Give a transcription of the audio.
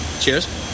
Cheers